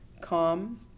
calm